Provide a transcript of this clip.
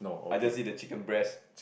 I just eat the chicken breast